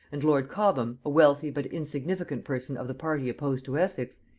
and lord cobham, a wealthy but insignificant person of the party opposed to essex,